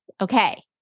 Okay